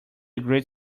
great